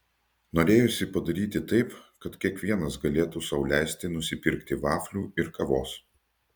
norėjosi padaryti taip kad kiekvienas galėtų sau leisti nusipirkti vaflių ir kavos